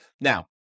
Now